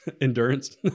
Endurance